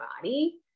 body